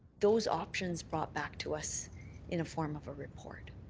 those options brought back to us in a form of a report.